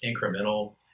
incremental